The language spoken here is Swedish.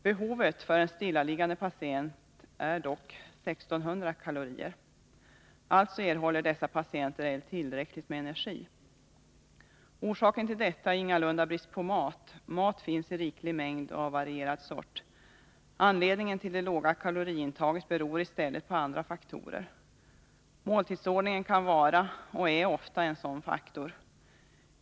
Behovet för en stillaliggande patient är dock 1 600 kalorier. Alltså erhåller dessa patienter ej tillräcklig energi. Orsaken till detta är ingalunda brist på mat — mat finns i riklig mängd och av varierad sort. Det låga kaloriintaget beror i stället på andra faktorer. Måltidsordningen kan vara och är ofta en sådan faktor.